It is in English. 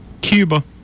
Cuba